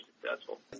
successful